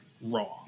wrong